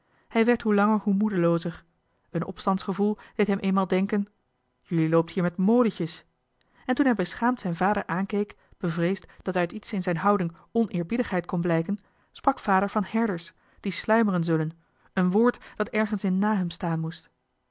hij werd hoe langer hoe moedeloozer een opstandsgevoel deed johan de meester de zonde in het deftige dorp hem eenmaal denken jullie loopt hier met molentjes en toen hij beschaamd zijn vader aankeek bevreesd dat uit iets in zijn houding zijn oneerbiedigheid kon blijken sprak vader van herders die sluimeren zullen een woord dat ergens in nahum staan moest